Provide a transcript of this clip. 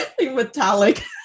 metallic